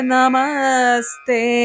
Namaste